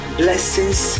blessings